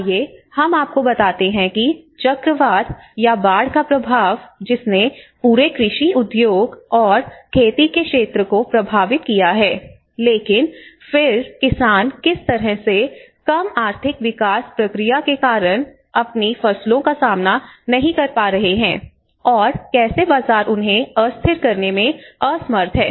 आइए हम आपको बताते हैं कि चक्रवात या बाढ़ का प्रभाव जिसने पूरे कृषि उद्योग और खेती के क्षेत्र को प्रभावित किया है लेकिन फिर किसान किस तरह से कम आर्थिक विकास प्रक्रिया के कारण अपनी फसलों का सामना नहीं कर पा रहे हैं और कैसे बाजार उन्हें अस्थिर करने में असमर्थ है